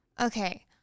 Okay